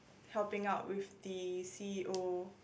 helping out with the c_e_o